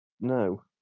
No